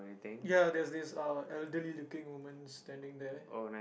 ya there's this uh elderly looking woman standing there